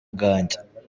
bwanjye